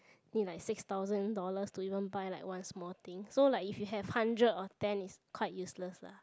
need like six thousand dollar to even buy like one small thing so like if you have hundred of ten is like quite useless lah